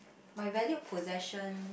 my valued possession